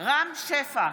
רם שפע,